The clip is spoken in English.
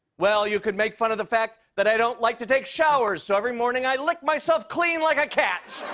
well, you could make fun of the fact that i don't like to take showers, so, every morning, i lick myself clean like a cat!